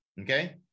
Okay